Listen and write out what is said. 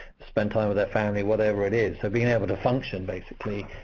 spend time with their family, whatever it is so being able to function, basically,